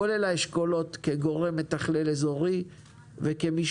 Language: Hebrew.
זה כולל את האשכולות כגורם מתכלל אזורי וכמי